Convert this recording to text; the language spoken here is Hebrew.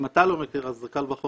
אם אתה לא מכיר, אז קל וחומר.